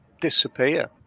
disappear